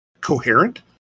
coherent